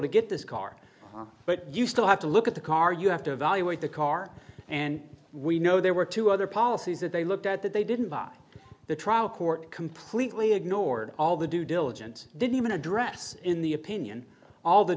to get this car but you still have to look at the car you have to evaluate the car and we know there were two other policies that they looked at that they didn't buy the trial court completely ignored all the due diligence didn't even address in the opinion all the